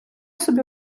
собі